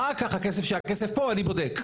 אחר כך כשהכסף פה אני בודק.